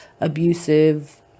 abusive